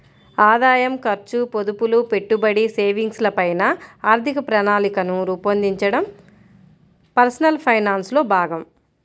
ఆదాయం, ఖర్చు, పొదుపులు, పెట్టుబడి, సేవింగ్స్ ల పైన ఆర్థిక ప్రణాళికను రూపొందించడం పర్సనల్ ఫైనాన్స్ లో భాగం